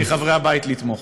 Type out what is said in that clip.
ואני מבקש מחברי הבית לתמוך.